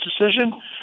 decision